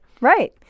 Right